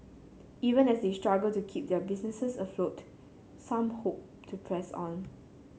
even as they struggle to keep their businesses afloat some hope to press on